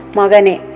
Magane